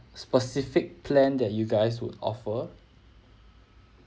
specific plan that you guys would offer